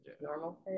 Normal